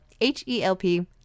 H-E-L-P